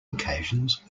occasions